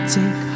Take